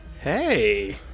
Hey